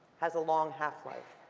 has a long half-life,